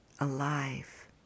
alive